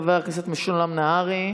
חבר הכנסת משולם נהרי,